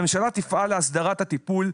הממשלה תפעל להסדרת הטיפול,